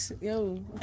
Yo